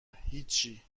هیچی